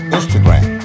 Instagram